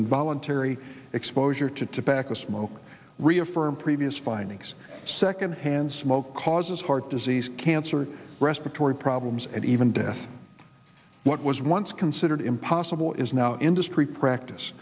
involuntary exposure to tobacco smoke reaffirm previous findings secondhand smoke causes heart disease cancer respiratory problems and even death what was once considered impossible is now industry practice